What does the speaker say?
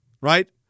right